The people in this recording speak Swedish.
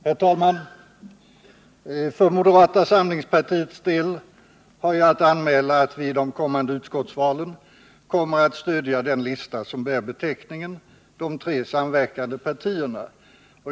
Herr talman! För moderata samlingspartiets del har jag att anmäla, att vi i de kommande utskottsvalen kommer att stödja den lista som bär beteckningen De tre samverkande partierna.